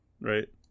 right